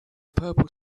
purple